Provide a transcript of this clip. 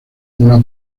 una